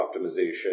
optimization